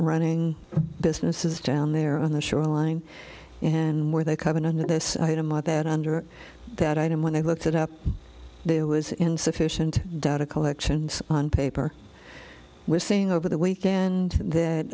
running businesses down there on the shoreline and where they come in and this item out that under that item when i looked it up there was insufficient data collections on paper we're saying over the weekend that